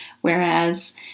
whereas